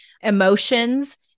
emotions